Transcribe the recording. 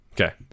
okay